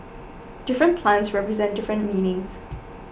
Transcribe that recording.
different plants represent different meanings